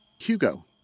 Hugo